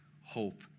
hope